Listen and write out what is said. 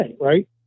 right